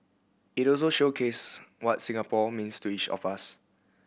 it also showcase what Singapore means to each of us